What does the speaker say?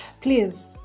please